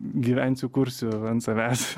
gyvensiu kursiu ant savęs